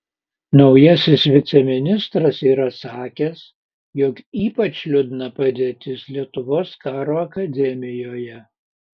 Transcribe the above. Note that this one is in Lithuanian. naujasis viceministras yra sakęs jog ypač liūdna padėtis lietuvos karo akademijoje